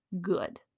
good